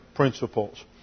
principles